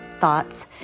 thoughts